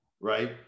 right